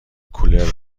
کولر